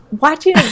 watching